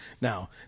now